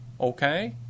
Okay